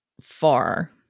far